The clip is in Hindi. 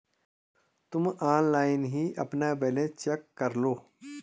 तुम ऑनलाइन ही अपना बैलन्स चेक करलो